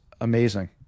amazing